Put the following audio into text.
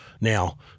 now